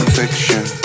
fiction